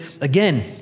again